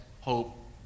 hope